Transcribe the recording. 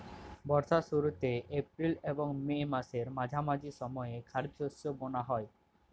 বর্ষার শুরুতে এপ্রিল এবং মে মাসের মাঝামাঝি সময়ে খরিপ শস্য বোনা হয়